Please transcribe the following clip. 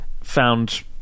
found –